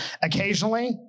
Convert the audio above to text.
Occasionally